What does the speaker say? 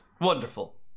Wonderful